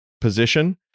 position